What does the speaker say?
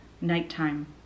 nighttime